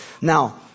Now